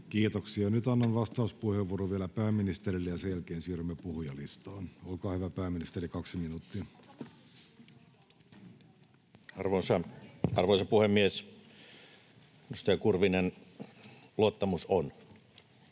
Kiitoksia. — Nyt annan vastauspuheenvuoron vielä pääministerille, ja sen jälkeen siirrymme puhujalistaan. Olkaa hyvä, pääministeri, kaksi minuuttia. [Speech 124] Speaker: Petteri